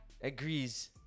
agrees